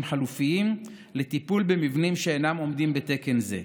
חלופיים לטיפול במבנים שאינם עומדים בתקן זה.